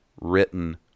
written